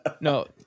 no